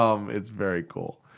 um it's very cool.